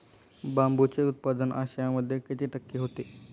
बांबूचे उत्पादन आशियामध्ये किती टक्के होते?